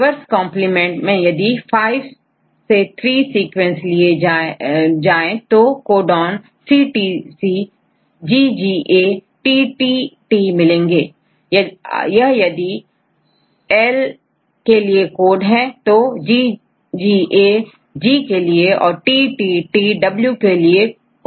reverse complement मैं यदि5' से3' सीक्वेंस लिए जाएं तो को डॉनCTC GGA TTT मिलेंगे यह यदिL एल के लिए कोड है तोGGA कोडG के लिए TTTकोडW के लिए होगा